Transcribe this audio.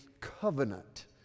covenant